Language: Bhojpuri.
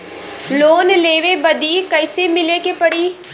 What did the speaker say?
लोन लेवे बदी कैसे मिले के पड़ी?